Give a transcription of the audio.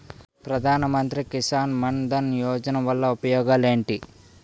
ప్రధాన మంత్రి కిసాన్ మన్ ధన్ యోజన వల్ల ఉపయోగాలు ఏంటి?